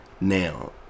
Now